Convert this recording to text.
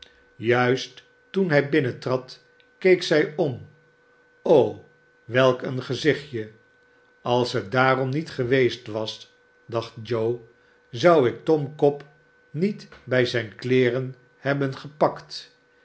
juist toen hij binnentrad keek zij om o welk een gezichtje als het daarom niet geweest was dacht joe zou ik tom cobb niet bij zijne kleeren hebben gepakt